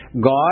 God